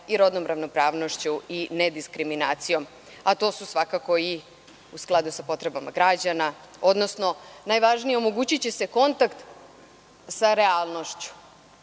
i rodnom ravnopravnošću i nediskriminacijom. To je svakako i u skladu sa potrebama građana, odnosno najvažnije je omogući će se kontakt sa realnošću.